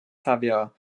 xavier